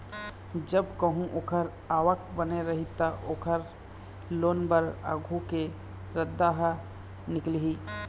जब कहूँ ओखर आवक बने रही त, ओखर लोन बर आघु के रद्दा ह निकलही